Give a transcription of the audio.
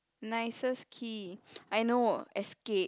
nicest key I know escape